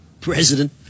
President